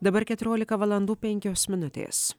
dabar keturiolika valandų penkios minutės